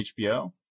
HBO